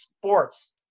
sports